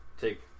take